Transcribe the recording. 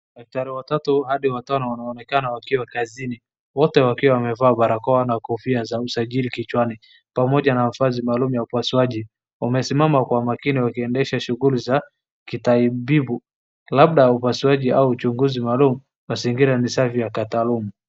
Daktari watatu hadi watano wanaonekana wakiwa kazini, wote wakiwa wamevaa barakoa na kofia za usajili kichwani, pamoja na mavazi maalum ya upasuaji. Wamesimama kwa makini wakiendesha shughuli za kitabibu, labda upasuaji au uchunguzi maalum. Mazingira ni safi ya katalum.